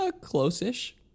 close-ish